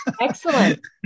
excellent